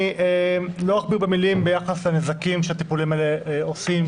לא אכביר במילים ביחס לנזקים שהטיפולים האלה עושים,